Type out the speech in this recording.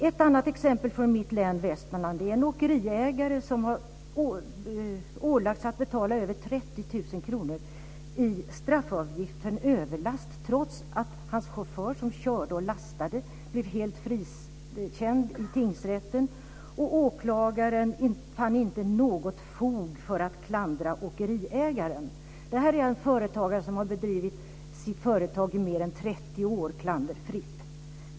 Ett annat exempel från mitt län Västmanland är en åkeriägare som har ålagts att betala över 30 000 kr i straffavgift för en överlast, trots att hans chaufför som körde och lastade blev helt frikänd i tingsrätten och åklagaren inte fann något fog för att klandra åkeriägaren. Det här är en företagare som har drivit sitt företag klanderfritt i mer än 30 år.